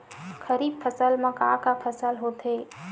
खरीफ फसल मा का का फसल होथे?